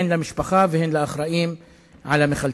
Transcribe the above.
הן למשפחה והן לאחראים על המחלצים.